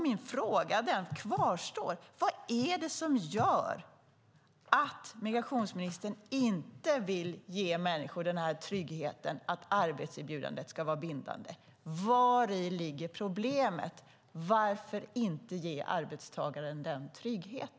Min fråga kvarstår: Vad är det som gör att migrationsministern inte vill ge människor denna trygghet att arbetserbjudandet ska vara bindande? Vari ligger problemet? Varför kan man inte ge arbetstagaren denna trygghet?